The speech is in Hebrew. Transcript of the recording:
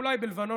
אולי בלבנון,